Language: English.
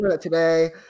today